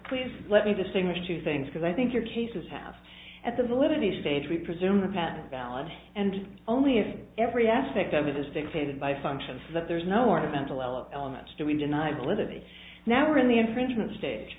please let me distinguish two things because i think your cases have at the validity stage we presume the patent valid and only if every aspect of it is dictated by function that there's no ornamental elements do we deny validity now we're in the infringement stage